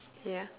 ya